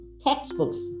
textbooks